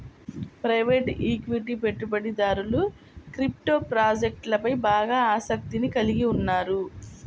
private equity పెట్టుబడిదారులు crypto ప్రాజెక్ట్లపై బాగా ఆసక్తిని కలిగి ఉన్నారు